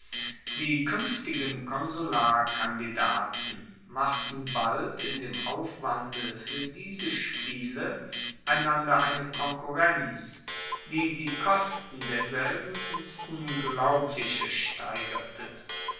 die kuenftigen konsularkandidaten machten bald in dem aufwande fuer diese spiele einander eine konkurrenz die die kosten derselben ins unglaubliche steigerte